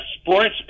sports